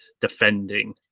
defending